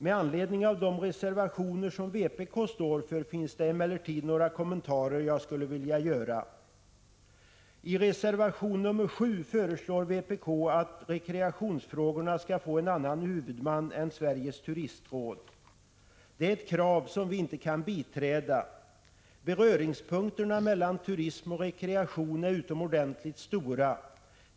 Med anledning av de reservationer som vpk står för finns det emellertid några kommentarer jag skulle vilja göra. I reservation nr 7 föreslår vpk att rekreationsfrågorna skall få en annan huvudman än Sveriges turistråd. Det är ett krav som vi inte kan biträda. Beröringspunkterna mellan turism och rekreation är utomordentligt stora.